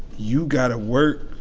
you got to work.